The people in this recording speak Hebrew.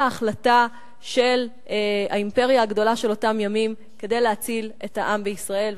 ההחלטה של האימפריה הגדולה של אותם ימים כדי להציל את עם ישראל.